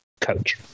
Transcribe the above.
coach